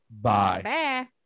Bye